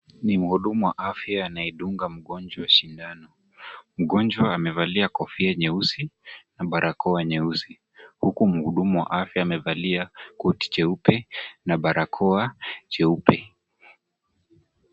Ni mhudumu wa afya anayedunga mgonjwa sindano. Mgonjwa amevalia kofia nyeusi na barakoa nyeusi huku mhudumu wa afya amevalia koti jeupe na barakoa jeupe.